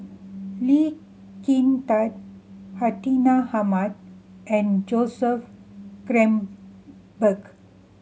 Lee Kin Tat Hartinah Ahmad and Joseph Grimberg